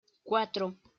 cuatro